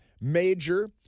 major